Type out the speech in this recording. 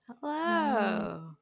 Hello